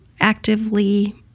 actively